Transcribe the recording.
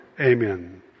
Amen